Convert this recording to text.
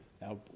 Now